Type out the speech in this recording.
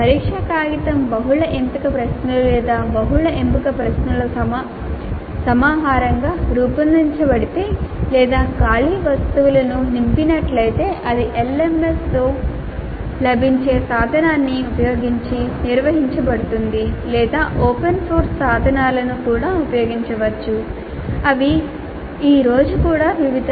పరీక్షా కాగితం బహుళ ఎంపిక ప్రశ్నలు లేదా బహుళ ఎంపిక ప్రశ్నల సమాహారంగా రూపొందించబడితే లేదా ఖాళీ వస్తువులను నింపినట్లయితే అది LMS తో లభించే సాధనాన్ని ఉపయోగించి నిర్వహించబడుతుంది లేదా ఓపెన్ సోర్స్ సాధనాలను కూడా ఉపయోగించవచ్చు అవి ఈ రోజు కూడా వివిధ